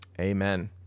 Amen